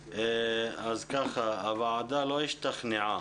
הועדה לא השתכנעה